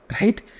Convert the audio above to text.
Right